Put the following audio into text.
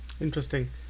Interesting